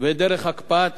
ודרך הקפאה